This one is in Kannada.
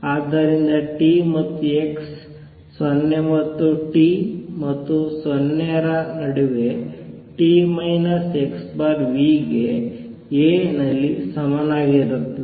ಆದ್ದರಿಂದ t ಮತ್ತು x 0 ಮತ್ತು T ಮತ್ತು 0 ರ ನಡುವೆ t x v ಗೆ A ನಲ್ಲಿ ಸಮನಾಗಿರುತ್ತದೆ